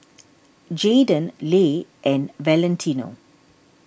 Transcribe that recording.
Jaydan Le and Valentino